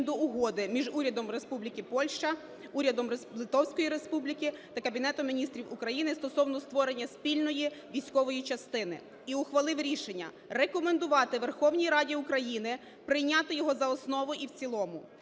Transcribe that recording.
до Угоди між Урядом Республіки Польща, Урядом Литовської Республіки та Кабінетом Міністрів України стосовно створення спільної військової частини і ухвалив рішення: рекомендувати Верховній Раді України прийняти його за основу і в цілому.